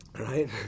Right